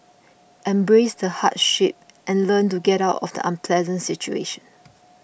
embrace the hardship and learn to get out of the unpleasant situation